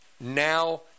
Now